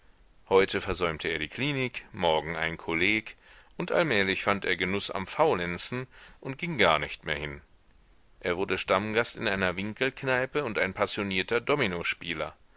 heute versäumte er die klinik morgen ein kolleg und allmählich fand er genuß am faulenzen und ging gar nicht mehr hin er wurde stammgast in einer winkelkneipe und ein passionierter